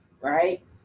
Right